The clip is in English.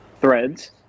threads